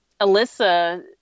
Alyssa